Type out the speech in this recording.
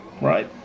right